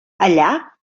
allà